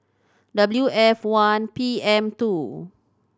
W F one P M two